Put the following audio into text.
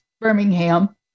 Birmingham